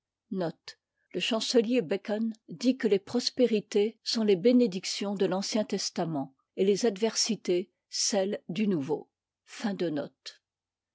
dit que les prospérités sont les bénédictions de l'ancien testament et les adversités celles du nouveau